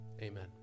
Amen